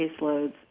caseloads